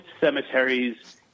cemeteries